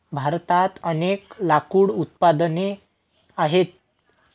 भारतात अनेक लाकूड उत्पादने आहेत